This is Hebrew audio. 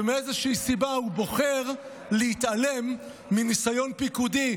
ומאיזושהי סיבה הוא בוחר להתעלם מניסיון פיקודי,